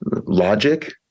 logic